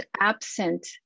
absent